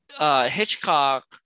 Hitchcock